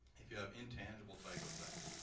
if you have intangible type of things,